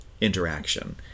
interaction